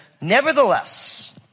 Nevertheless